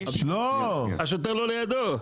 השוטר לא לידו.